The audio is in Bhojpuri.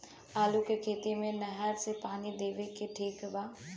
आलू के खेती मे नहर से पानी देवे मे ठीक बा?